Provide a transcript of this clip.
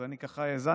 אז אני ככה האזנתי